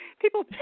People